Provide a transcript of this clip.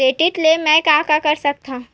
Credit ले मैं का का कर सकत हंव?